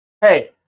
Hey